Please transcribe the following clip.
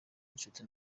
inshuti